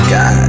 God